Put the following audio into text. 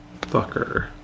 fucker